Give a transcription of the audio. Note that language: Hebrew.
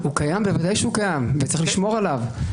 בוודאי שהוא קיים, וצריך לשמור עליו.